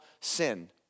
sin